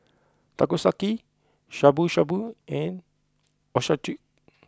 Takoyaki Shabu Shabu and Ochazuke